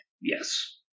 Yes